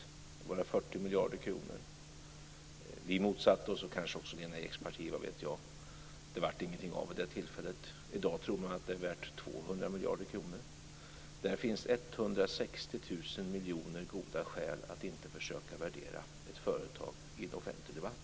Då handlade det om 40 miljarder kronor. Vi motsatte oss detta - kanske också Lena Eks parti, vad vet jag - och det blev ingenting av vid det tillfället. I dag tror man att Telia är värt 200 miljarder kronor. Det finns 160 000 miljoner goda skäl att inte försöka värdera ett företag i en offentlig debatt.